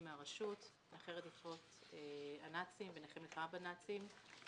מהרשות - נכי רדיפות הנאצים ונכי מלחמה בנאצים,